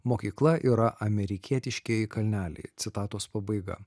mokykla yra amerikietiškieji kalneliai citatos pabaiga